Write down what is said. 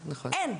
אין.